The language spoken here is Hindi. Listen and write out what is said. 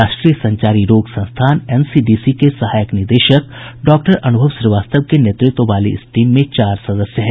राष्ट्रीय संचारी रोग संस्थान एनसीडीसी के सहायक निदेशक डॉक्टर अनुभव श्रीवास्तव के नेतृत्व वाली इस टीम में चार सदस्य है